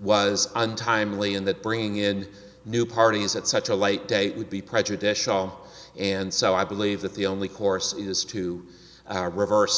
was untimely and that bringing in new parties at such a late date would be prejudicial and so i believe that the only course is to reverse